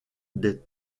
des